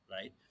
right